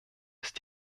ist